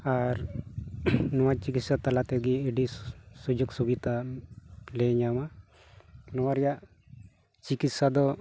ᱟᱨ ᱱᱚᱣᱟ ᱪᱤᱠᱤᱛᱥᱟ ᱛᱟᱞᱟ ᱛᱮᱜᱮ ᱟᱹᱰᱤ ᱥᱩᱡᱳᱜᱽ ᱥᱩᱵᱤᱛᱟ ᱞᱮ ᱧᱟᱢᱟ ᱱᱚᱣᱟ ᱨᱮᱭᱟᱜ ᱪᱤᱠᱤᱛᱥᱟ ᱫᱚ